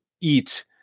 eat